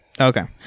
Okay